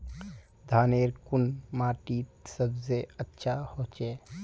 धानेर कुन माटित सबसे अच्छा होचे?